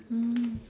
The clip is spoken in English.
ah